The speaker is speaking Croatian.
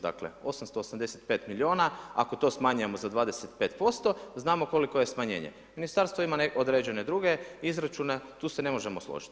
Dakle, 885 miliona ako to smanjujemo za 25% znamo koliko je smanjenje, ministarstvo ima određene druge izračune tu se ne možemo složiti.